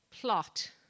plot